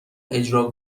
اجرا